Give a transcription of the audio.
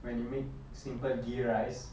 when you make simple ghee rice